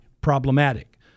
Problematic